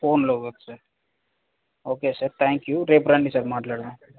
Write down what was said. ఫోన్లో వద్దు sir okay sir thank you రేపు రండి సార్ మాట్లాడదాం